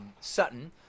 Sutton